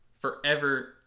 forever